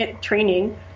training